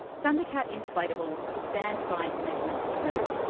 thundercat inflatables stands by its measurements too,